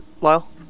Lyle